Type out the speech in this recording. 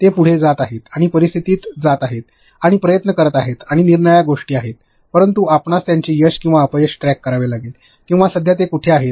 ते पुढे जात आहेत आणि परिस्थितीत जात आहेत आणि प्रयत्न करीत आहेत आणि निरनिराळ्या गोष्टी आहेत परंतु आपणास त्यांचे यश किंवा अपयश ट्रॅक करावे लागेल किंवा सध्या ते कुठे आहेत